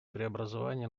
преобразования